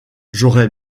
j’aurai